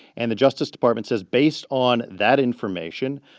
and the justice department says based on that information,